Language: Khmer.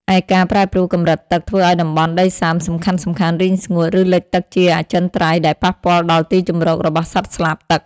ឯការប្រែប្រួលកម្រិតទឹកធ្វើឱ្យតំបន់ដីសើមសំខាន់ៗរីងស្ងួត ឬលិចទឹកជាអចិន្ត្រៃយ៍ ដែលប៉ះពាល់ដល់ទីជម្រករបស់សត្វស្លាបទឹក។